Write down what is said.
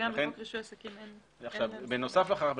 בנוסף לכך,